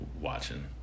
watching